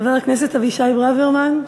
חבר הכנסת אבישי ברוורמן.